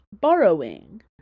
borrowing